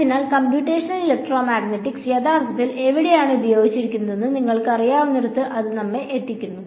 അതിനാൽ computational electromagnetics യഥാർത്ഥത്തിൽ എവിടെയാണ് ഉപയോഗിച്ചിരിക്കുന്നതെന്ന് നിങ്ങൾക്കറിയാവുന്നിടത്ത് അത് നമ്മെ എത്തിക്കുന്നു